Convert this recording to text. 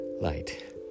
light